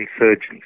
insurgents